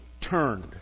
turned